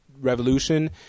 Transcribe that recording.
revolution